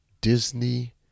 Disney